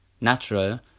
natural